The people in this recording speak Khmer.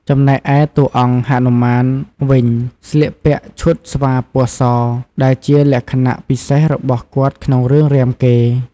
ចំណែកឯតួអង្គ ហនុមាន វិញស្លៀកពាក់ឈុតស្វាពណ៌ស ដែលជាលក្ខណៈពិសេសរបស់គាត់ក្នុងរឿងរាមកេរ្តិ៍ ។